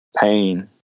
pain